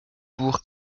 pour